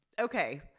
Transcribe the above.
okay